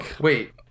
Wait